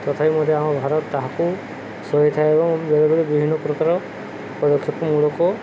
ତଥାପି ମଧ୍ୟ ଆମ ଭାରତ ତାହାକୁ ସହି ଥାଏ ଏବଂ ବେଳେବେଳେ ବିଭିନ୍ନ ପ୍ରକାର ପଦକ୍ଷେପ ମୂଳକ